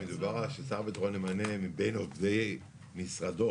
אם מדובר ששר הביטחון ימנה מבין עובדי משרדו,